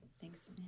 Thanks